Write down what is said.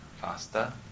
faster